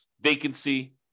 vacancy